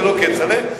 ולא כצל'ה.